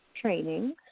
training